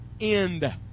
End